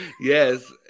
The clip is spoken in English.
yes